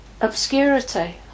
obscurity